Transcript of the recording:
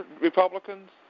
Republicans